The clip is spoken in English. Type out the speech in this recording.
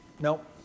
no